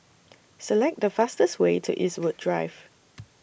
Select The fastest Way to Eastwood Drive